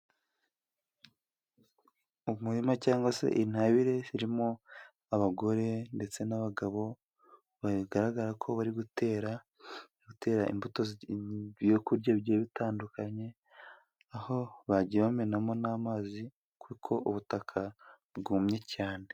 Umurima cyangwa se intabire zirimo abagore, ndetse n'abagabo, bigaragara ko bari gutera imbuto, ibyo kurya bitandukanye, aho bagiye bamenamo n'amazi, kuko ubutaka bwumye cyane.